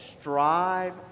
Strive